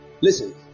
listen